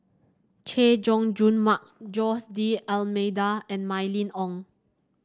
Chay Jung Jun Mark Jose D'Almeida and Mylene Ong